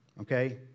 Okay